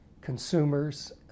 consumers